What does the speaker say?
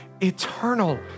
eternal